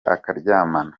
akaryamana